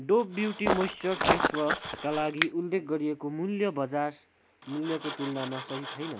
डोभ beauty moisture face वासका लागि उल्लेख गरिएको मूल्य बजार मूल्यको तुलनामा सही छैन